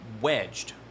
wedged